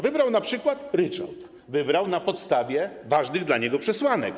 Wybrał np. ryczałt, wybrał na podstawie ważnych dla niego przesłanek.